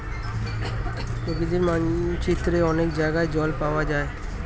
প্রকৃতির মানচিত্রে অনেক জায়গায় জল পাওয়া যায়